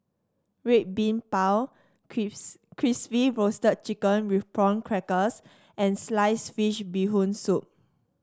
Red Bean Bao Crispy Roasted Chicken with Prawn Crackers and slice fish Bee Hoon Soup